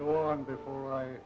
go on before i